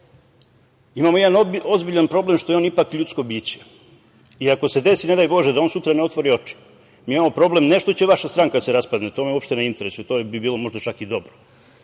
imamo jedan ozbiljan problem što je on ipak ljudsko biće i ako se desi, ne daj Bože, da on sutra ne otvori oči, mi imamo problem, ne što će vaša stranka da se raspadne, to me uopšte ne interesuje, to bi bilo, možda, čak i dobro,